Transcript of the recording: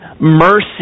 mercy